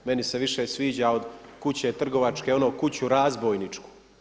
Meni se više sviđa od kuće trgovačke ono kuću razbojničku.